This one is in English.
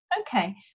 Okay